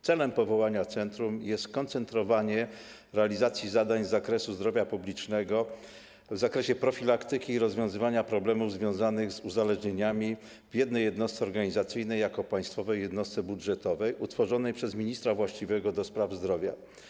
Celem powołania centrum jest skoncentrowanie realizacji zadań z zakresu zdrowia publicznego w zakresie profilaktyki i rozwiązywania problemów związanych z uzależnieniami w jednej jednostce organizacyjnej jako państwowej jednostce budżetowej utworzonej przez ministra właściwego do spraw zdrowia.